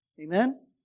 Amen